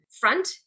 front